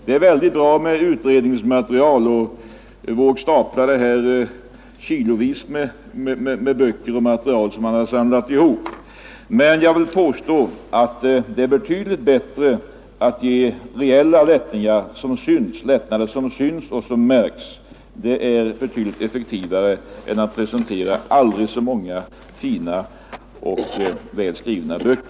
Det är bra med utredningsmaterial, och herr Wååg staplade upp kilovis med böcker och annat material som han hade samlat ihop, men jag vill påstå att det är betydligt bättre att ge reella lättnader som syns och märks. Det är betydligt effektivare än att presentera aldrig så många fina och välskrivna böcker.